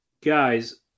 guys